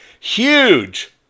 huge